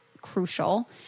crucial